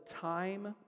time